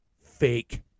fake